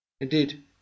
Indeed